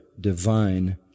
divine